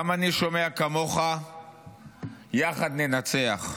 גם אני שומע כמוך "יחד ננצח".